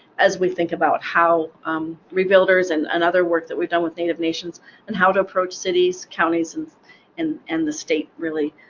as we think about how rebuilders and and other work that we've done with native nations and how to approach cities, counties, and and and the state, really,